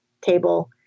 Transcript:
table